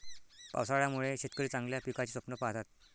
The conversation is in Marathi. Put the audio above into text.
पावसाळ्यामुळे शेतकरी चांगल्या पिकाचे स्वप्न पाहतात